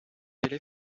allait